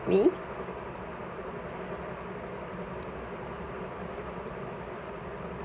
me